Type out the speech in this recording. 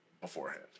beforehand